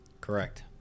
correct